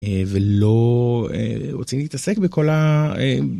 אהה ולא רוצים להתעסק בכל ה.. .